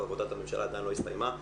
ועבודת הממשלה עדיין לא הסתיימה.